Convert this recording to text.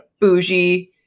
bougie